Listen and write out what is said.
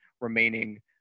remaining